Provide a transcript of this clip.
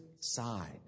side